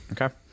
Okay